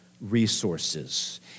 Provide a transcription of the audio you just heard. resources